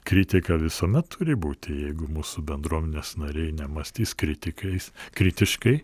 kritika visuomet turi būti jeigu mūsų bendruomenės nariai nemąstys kritikais kritiškai